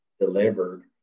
delivered